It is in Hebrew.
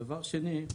דבר שני,